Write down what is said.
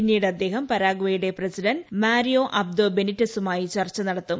പിന്നീട് അദ്ദേഹം പരാഗ്വേയുടെ പ്രസിഡന്റ് മാരിയോ അബ്ദോ ബെനിറ്റെസുമായി ചർച്ച നടത്തും